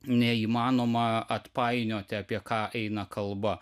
neįmanoma atpainioti apie ką eina kalba